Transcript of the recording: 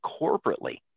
corporately